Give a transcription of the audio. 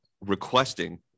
requesting